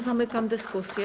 Zamykam dyskusję.